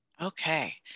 Okay